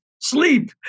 Sleep